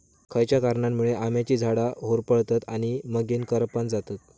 खयच्या कारणांमुळे आम्याची झाडा होरपळतत आणि मगेन करपान जातत?